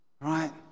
right